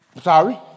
sorry